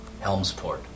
Helmsport